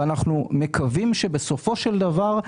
אנחנו מקווים שבסופו של דבר,